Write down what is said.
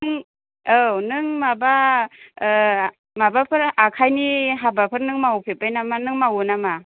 औ नों माबा माबाफोर आखाइनि हाबाफोर नों मावफेरबाय नामा नों मावो नामा